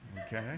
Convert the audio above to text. Okay